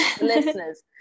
Listeners